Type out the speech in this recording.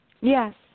Yes